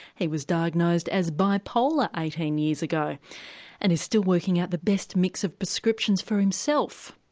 he was diagnosed as bipolar eighteen years ago and is still working out the best mix of prescriptions for himself.